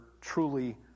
truly